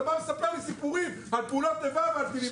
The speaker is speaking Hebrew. אתה מספר סיפורים על פעולות איבה וטילים.